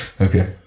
okay